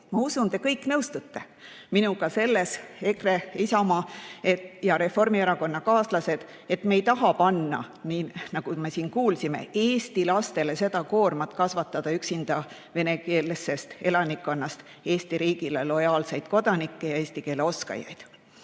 Ma usun, et te kõik nõustute minuga selles – EKRE, Isamaa ja Reformierakonna kaaslased –, et me ei taha panna, nii nagu me siin kuulsime, eesti lastele seda koormat kasvatada üksinda venekeelsest elanikkonnast Eesti riigile lojaalseid kodanikke ja eesti keele oskajaid.